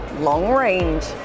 long-range